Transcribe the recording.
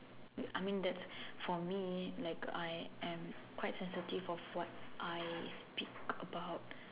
I mean that's for me like I am quite sensitive of what I speak about